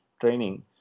training